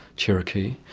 cherokee,